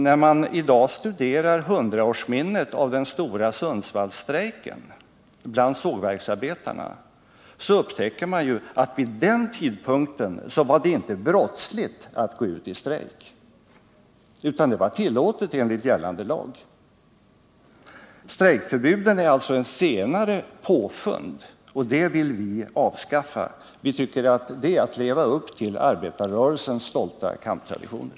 När man i dag studerar handlingarna från den stora Sundsvallsstrejken bland sågverksarbetarna för 100 år sedan upptäcker man att vid den tidpunkten var det inte brottsligt att gå ut i strejk, utan det var tillåtet enligt gällande lag. Strejkförbuden är alltså ett senare påfund, och det vill vi avskaffa. Vi tycker att det är att leva upp till arbetarrörelsens stolta kamptraditioner.